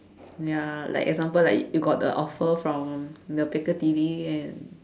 ya like example like you got the offer from the Picadilly and